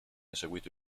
eseguito